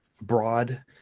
broad